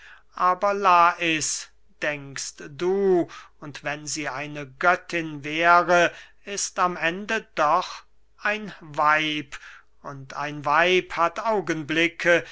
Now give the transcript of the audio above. aber lais denkst du und wenn sie eine göttin wäre ist am ende doch ein weib und ein weib hat augenblicke